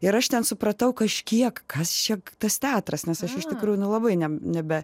ir aš ten supratau kažkiek kas čia tas teatras nes aš iš tikrųjų nelabai ne nebe